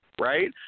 right